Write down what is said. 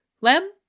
Lem